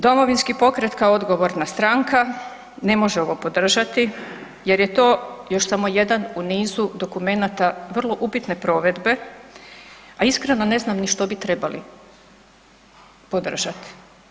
Domovinski pokret kao odgovorna stranka ne može ovo podržati jer je to još samo jedan u nizu dokumenata vrlo upitne provedbe, a iskreno, ne znam ni što bi trebali podržati.